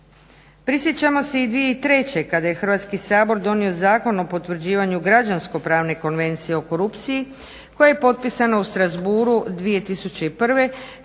Prisjećamo se i 2003.kada je Hrvatski sabor donio Zakon o potvrđivanju građansko pravne konvencije o korupciji koja je potpisana u Strasbourghu